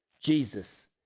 Jesus